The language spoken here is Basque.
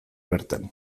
bertan